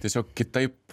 tiesiog kitaip